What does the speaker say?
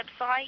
website